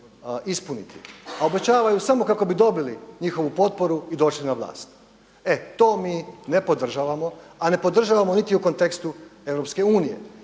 ispuniti, a obećavaju samo kako bi dobili njihovu potporu i došli na vlast. E, to mi ne podržavamo, a ne podržavamo niti u kontekstu